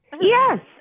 Yes